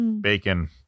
Bacon